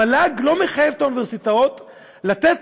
המל"ג לא מחייב את האוניברסיטאות לתת